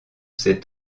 cet